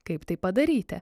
kaip tai padaryti